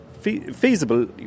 feasible